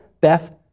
Beth